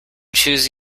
choose